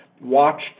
watched